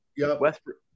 Westbrook